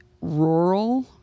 rural